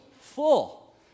Full